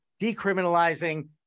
decriminalizing